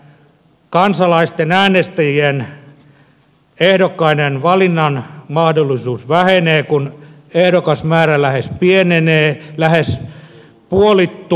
kansalaisten äänestäjien ehdokkaiden valinnanmahdollisuus vähenee kun ehdokasmäärä lähes puolittuu